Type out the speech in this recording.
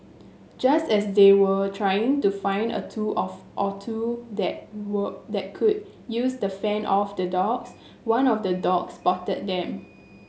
just as they were trying to find a tool of or two that were that could use to fend off the dogs one of the dogs spotted them